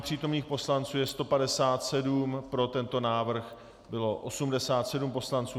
Přítomných poslanců je 157, pro tento návrh bylo 87 poslanců.